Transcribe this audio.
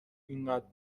اینقدر